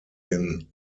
den